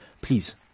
please